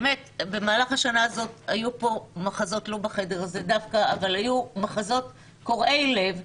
במהלך השנה הזאת היו פה מחזות לא בחדר הזה דווקא קורעי לב,